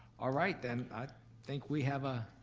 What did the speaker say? ah right, then i think we have a,